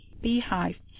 beehive